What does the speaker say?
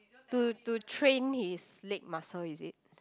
to to train his leg muscle is it